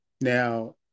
Now